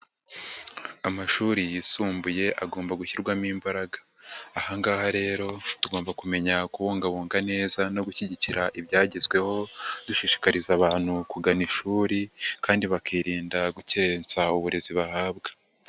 Amashuri yisumbuye agomba gushyirwamo imbaraga, aha ngaha rero tugomba kumenya kubungabunga neza no gushyigikira ibyagezweho, dushishikariza abantu kugana ishuri kandi bakirinda gukerensa uburezi bahabwa.